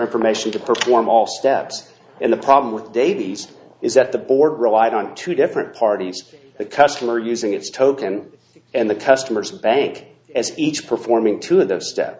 information to perform all steps in the problem with davies is that the board relied on two different parties the customer using its token and the customer's bank as each performing two of those steps